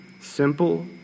simple